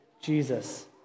Jesus